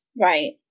Right